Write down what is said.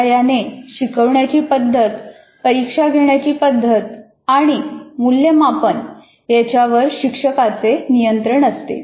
पर्यायाने शिकवण्याची पद्धत परीक्षा घेण्याची पद्धत आणि मूल्यमापन याच्यावर शिक्षकाचे नियंत्रण असते